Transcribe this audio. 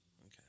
Okay